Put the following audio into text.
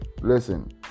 Listen